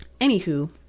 Anywho